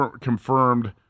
confirmed